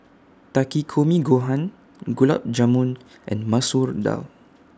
Takikomi Gohan Gulab Jamun and Masoor Dal